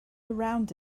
around